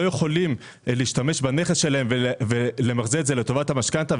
יכולים להשתמש בנכס שלהם לטובת המשכנתה,